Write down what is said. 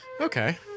Okay